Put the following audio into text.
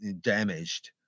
damaged